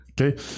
okay